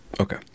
okay